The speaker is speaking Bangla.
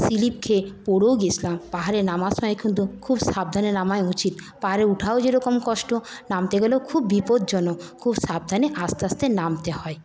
স্লিপ খেয়ে পড়েও গেছিলাম পাহাড়ে নামার সময় কিন্তু খুব সাবধানে নামাই উচিত পাহাড়ে ওঠাও যেরকম কষ্ট নামতে গেলেও খুব বিপজ্জনক খুব সাবধানে আস্তে আস্তে নামতে হয়